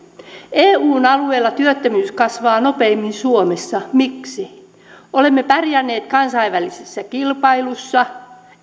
eun alueella työttömyys kasvaa nopeimmin suomessa miksi emme ole pärjänneet kansainvälisessä kilpailussa